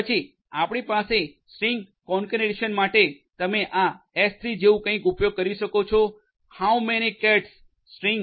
પછી આપણી પાસે સ્ટ્રિંગ કોન્કેટનેસન માટે તમે આ એસ3 જેવું કંઇક ઉપયોગ કરી શકો છો હાઉ મેની કેટ્સ સ્ટ્રીંગ